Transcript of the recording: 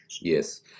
Yes